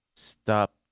Stop